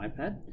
iPad